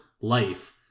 life